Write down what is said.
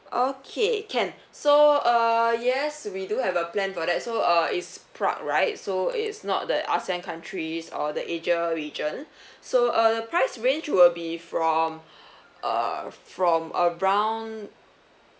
okay can so uh yes we do have a plan for that so uh it's prague right so it's not the ASEAN countries or the asia region so uh the price range will be from err from around